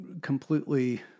completely